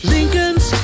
Lincolns